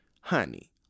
honey